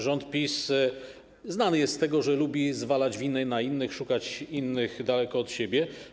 Rząd PiS znany jest z tego, że lubi zwalać winę na innych, szukać winnych daleko od siebie.